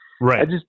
Right